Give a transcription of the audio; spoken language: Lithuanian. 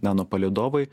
nano palydovai